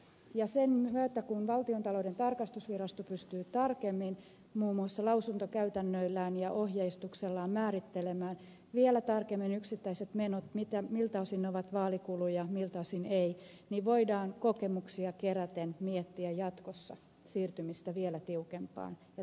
ja sen myötä kun valtiontalouden tarkastusvirasto pystyy tarkemmin muun muassa lausuntokäytännöillään ja ohjeistuksellaan määrittelemään vielä tarkemmin yksittäiset menot miltä osin ne ovat vaalikuluja miltä osin ei voidaan kokemuksia keräten miettiä jatkossa siirtymistä vielä tiukempaan ja tarkkarajaisempaan sääntelyyn